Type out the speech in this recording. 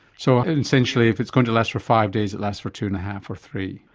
so essentially if it's going to last for five days it lasts for two and a half or three,